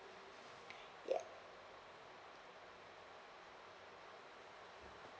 ya